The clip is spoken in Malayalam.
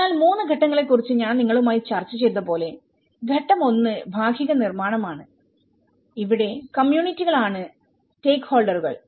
അതിനാൽ 3 ഘട്ടങ്ങളെ കുറിച്ച് ഞാൻ നിങ്ങളുമായി ചർച്ച ചെയ്തപോലെ ഘട്ടം ഒന്ന് ഭാഗിക നിർമ്മാണമാണ്ഇവിടെകമ്മ്യൂണിറ്റികൾ ആണ് സ്റ്റേക്ക്ഹോൾഡറുകൾ